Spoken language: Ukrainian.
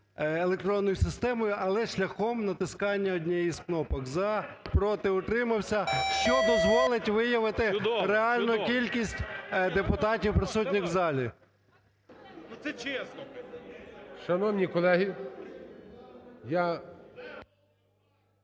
електронною системою, але шляхом натискання однієї з кнопок "за", "проти", "утримався", що дозволить виявити реальну кількість депутатів, присутніх у залі. ГОЛОС ІЗ ЗАЛИ.